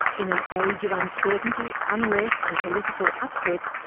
in an age of uncertainty, unrest and political upsets,